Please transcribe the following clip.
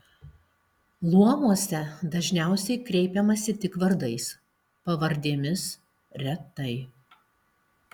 luomuose dažniausiai kreipiamasi tik vardais pavardėmis retai